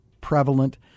prevalent